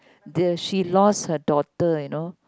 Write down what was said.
does she lost her daughter you know